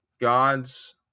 god's